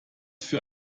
für